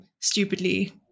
stupidly